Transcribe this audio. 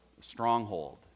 stronghold